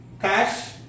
cash